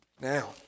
Now